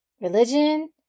religion